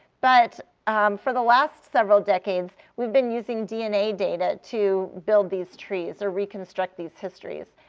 but for the last several decades, we've been using dna data to build these trees or reconstruct these histories.